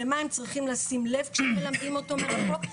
למה הם צריכים לשים לב כשהם מלמדים אותו מרחוק,